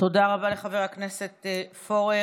תודה רבה לחבר הכנסת פורר.